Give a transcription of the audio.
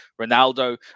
Ronaldo